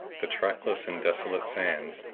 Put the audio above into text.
the trackless and desolate sands,